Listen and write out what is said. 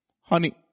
Honey